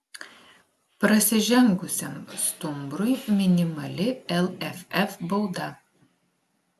prasižengusiam stumbrui minimali lff bauda